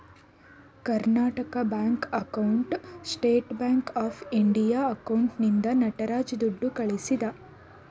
Karnataka bank ಅಕೌಂಟ್ಗೆ State Bank of India ಅಕೌಂಟ್ನಿಂದ ನಟರಾಜ ದುಡ್ಡು ಕಳಿಸಿದ